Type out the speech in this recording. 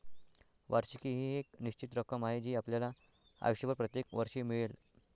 वार्षिकी ही एक निश्चित रक्कम आहे जी आपल्याला आयुष्यभर प्रत्येक वर्षी मिळेल